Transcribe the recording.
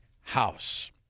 House